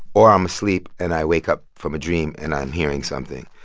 or i'm asleep and i wake up from a dream and i'm hearing something.